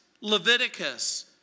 Leviticus